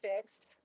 fixed